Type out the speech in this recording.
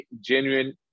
genuine